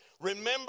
Remember